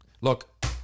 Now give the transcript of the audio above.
Look